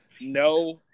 no